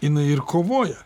jinai ir kovoja